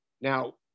Now